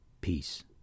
Peace